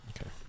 Okay